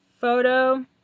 photo